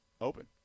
Open